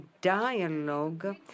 dialogue